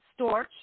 Storch